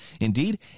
Indeed